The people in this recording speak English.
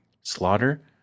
Slaughter